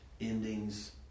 endings